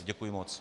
Děkuji moc.